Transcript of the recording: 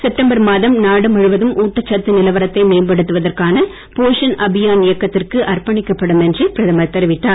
September மாதம் நாடு முழுவதும் ஊட்டச் சத்து நிலவரத்தை மேம்படுத்துவதற்கான இயக்கத்திற்கு அர்ப்பணிக்கப்படும் என்று பிரதமர் தெரிவித்தார்